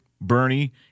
Bernie